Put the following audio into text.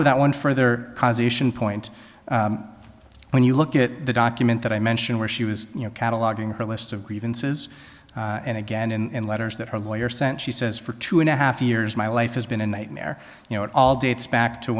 of that one further point when you look at the document that i mentioned where she was you know cataloging her list of grievances and again in letters that her lawyer sent she says for two and a half years my life has been a nightmare you know it all dates back to